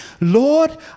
Lord